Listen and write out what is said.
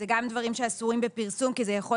זה גם דברים שאסורים בפרסום כי זה יכול